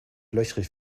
löchrig